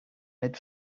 mid